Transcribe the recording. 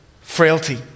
frailty